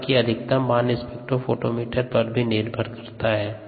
हालांकि अधिकतम मान स्पेक्ट्रोमीटर पर भी निर्भर करता हैं